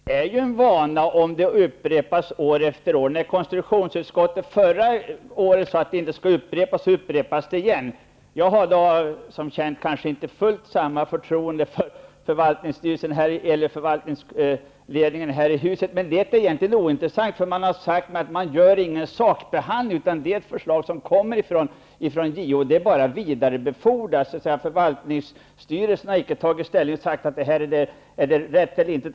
Herr talman! Ingvar Svensson sade att det här inte får bli en vana. Men det är ju en vana om det upprepas år efter år. När konstitutionsutskottet förra året sade att detta inte skall upprepas så upprepas det lika fullt igen. Jag har som känt inte fullt lika stort förtroende för förvaltningsstyrelsen eller förvaltningsledningen här i huset. Men det är egentligen ointressant, eftersom man sagt mig att man inte gör någon sakbehandling. Detta är ett förslag som kommer från JO och som bara är vidarebefordrat. Förvaltningsstyrelsen har inte tagit ställning och sagt om detta är rätt eller inte.